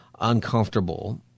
uncomfortable